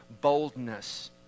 boldness